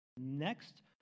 next